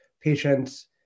patients